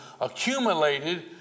accumulated